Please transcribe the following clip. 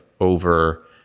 over